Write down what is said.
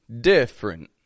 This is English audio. different